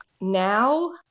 Now